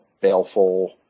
Baleful